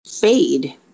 fade